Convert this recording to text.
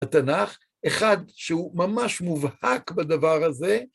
התנ"ך, אחד שהוא ממש מובהק בדבר הזה,